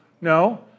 No